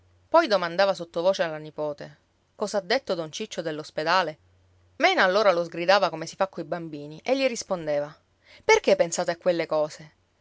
poi domandava sottovoce alla nipote cosa ha detto don ciccio dell'ospedale mena allora lo sgridava come si fa coi bambini e gli rispondeva perché pensate a quelle cose